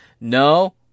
No